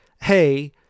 Hey